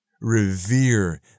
revere